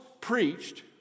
preached